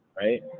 right